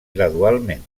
gradualment